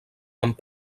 amb